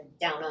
down